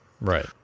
right